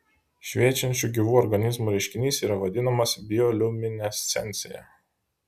šviečiančių gyvų organizmų reiškinys yra vadinamas bioliuminescencija